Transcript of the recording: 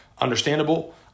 understandable